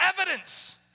evidence